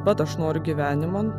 bet aš noriu gyveniman